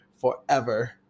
forever